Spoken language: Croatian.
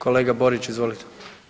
Kolega Borić, izvolite.